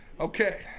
Okay